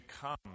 come